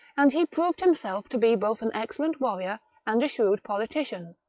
and he proved himself to be both an excellent warrior and a shrewd politician.